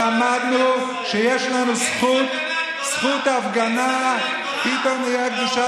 אנחנו למדנו שיש לנו זכות, זכות ההפגנה, אין סכנה